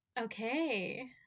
okay